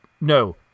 no